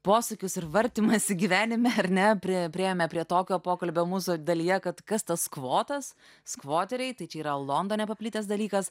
posūkius ir vartymąsi gyvenime ar ne pri priėjome prie tokio pokalbio mūsų dalyje kad kas tas skvotas skvoteriai tai čia yra londone paplitęs dalykas